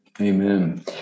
Amen